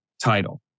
title